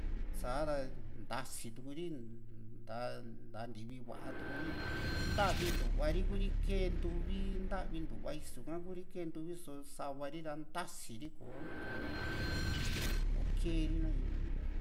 sa´ra ntasii tu´ri sa nta ntivi va´a tuu´ri nta´vintuva ri Kuri kee ntuvi nta´vintuva isu ka ku´ri kee ntuvi riso sa´va ri ra ntasii ri kò´o kò´o ko keri nakatye ni